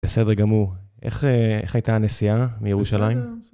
בסדר גמור, איך הייתה הנסיעה מירושלים?